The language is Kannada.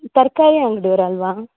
ತರಕಾರಿ ಅಂಗ್ಡಿಯೋರು ಅಲ್ಲವಾ